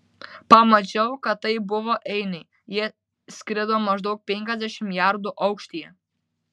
pamačiau kad tai buvo einiai jie skrido maždaug penkiasdešimt jardų aukštyje